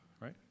Right